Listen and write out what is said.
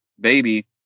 baby